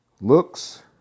Looks